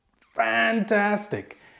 fantastic